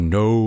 no